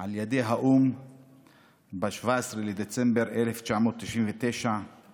על ידי האו"ם ב-17 בדצמבר 1999 הוא